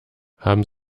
haben